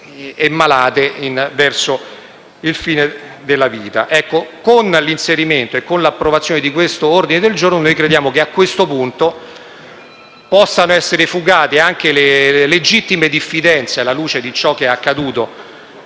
e malate verso il fine della vita. Ecco, con l'inserimento e con l'approvazione di questo ordine del giorno, noi crediamo che potrebbero essere fugate anche le legittime diffidenze, anche alla luce di ciò che è accaduto